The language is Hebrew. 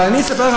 אבל אני אספר לך,